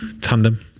tandem